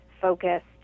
focused